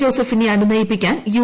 ജോസഫിനെ അനുനയിപ്പിക്കാൻ യു